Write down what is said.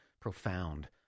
profound